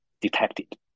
detected